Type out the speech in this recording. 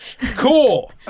Cool